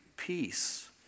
peace